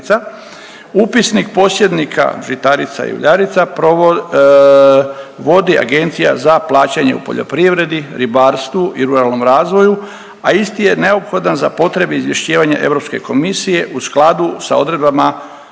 Upisnik posjednika žitarica i uljarica vodi Agencija za plaćanje u poljoprivredi, ribarstvu i ruralnom razvoju, a isti je neophodan za potrebe izvješćivanja Europske komisije u skladu sa odredbama